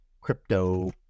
crypto